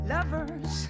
Lovers